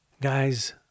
Guys